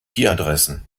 adressen